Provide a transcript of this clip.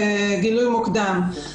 גילוי מוקדם,